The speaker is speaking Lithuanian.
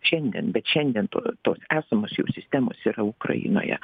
šiandien bet šiandien to tos esamos jau sistemos yra ukrainoje